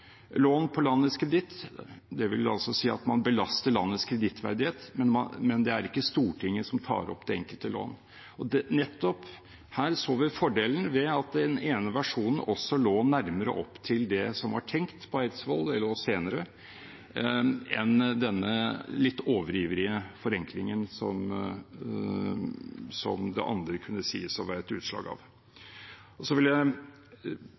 lån på rikets kreditt». Det vil altså si at man belaster landets kredittverdighet, men det er ikke Stortinget som tar opp det enkelte lån. Nettopp her så vi fordelen ved at den ene versjonen lå nærmere opp til det som var tenkt på Eidsvoll, eller også senere, enn denne litt overivrige forenklingen som det andre kunne sies å være et utslag av. Så vil jeg